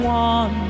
one